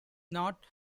not